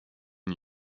new